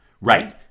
Right